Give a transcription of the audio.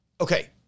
Okay